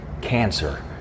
cancer